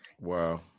Wow